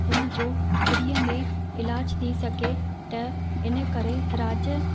उन जो फ़्रीअ में इलाजु थी सघे त इन करे राज्य